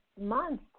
month